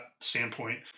standpoint